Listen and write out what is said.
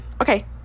Okay